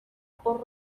por